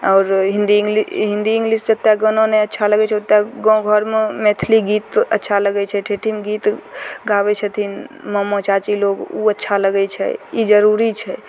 आओर Hindi English Hindi English जते गाना नहि अच्छा लगय छै ओत्ते गाँव घरमे मैथिली गीत अच्छा लगय छै ठेठीमे गीत गाबय छथिन मामा चाची लोग उ अच्छा लगय छै ई जरुरी छै